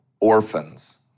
orphans